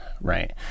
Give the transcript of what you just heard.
right